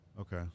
Okay